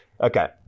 okay